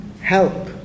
help